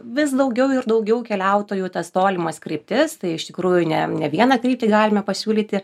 vis daugiau ir daugiau keliautojų tas tolimas kryptis tai iš tikrųjų ne ne vieną kryptį galime pasiūlyti